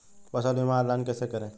फसल बीमा ऑनलाइन कैसे करें?